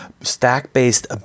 stack-based